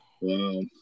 Wow